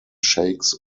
shakes